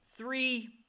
Three